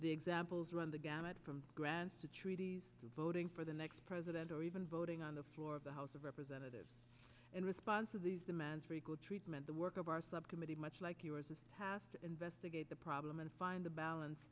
the examples run the gamut from grants to treaties voting for the next president or even voting on the floor of the house of representatives in response of these demands for equal treatment the work of our subcommittee much like yours is passed investigate the problem and find a balance